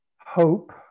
hope